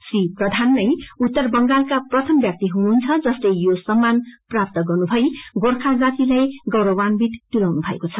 श्री प्रधान ने उत्तर बंगालाका प्रथम व्याक्ति हुनुहुन्छ जसले यो सम्मान प्राप्त गर्नुभई गोर्खाजातिलाई गौरावान्वित तुल्याउनु भएको छ